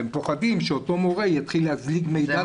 הם פוחדים שאותו מורה יתחיל להזליג מידע.